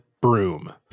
broom